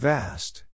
Vast